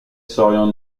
serons